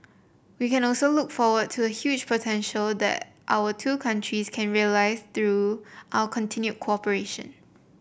we can also look forward to the huge potential that our two countries can realise through our continued cooperation